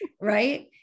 Right